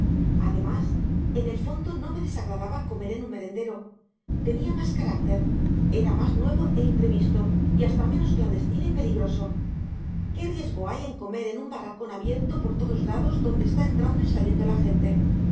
además en el fondo no me desagradaba comer en un merendero tenía más carácter era más nuevo e imprevisto y hasta menos clandestino y peligroso qué riesgo hay en comer en un barracón abierto por todos lados donde está entrando y saliendo la gente